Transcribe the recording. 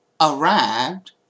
arrived